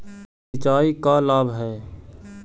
सिंचाई का लाभ है?